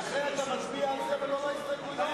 ולכן אתה מצביע על זה ולא רואה הסתייגויות.